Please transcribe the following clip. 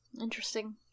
interesting